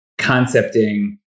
concepting